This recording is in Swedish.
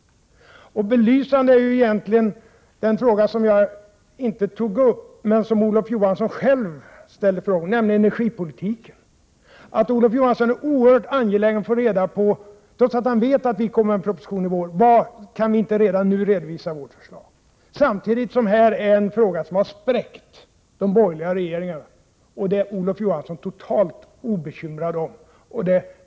Belysande är egentligen den fråga som jag inte tog upp men som Olof Johansson själv berörde, nämligen om energipolitiken. Olof Johansson är oerhört angelägen att få reda på — trots att han vet att vi kommer att lägga fram en proposition i vår — om vi inte redan nu kan redovisa vårt förslag. Samtidigt är detta en fråga som har spräckt de borgerliga regeringarna, och det är Olof Johansson totalt obekymrad om.